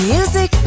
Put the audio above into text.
Music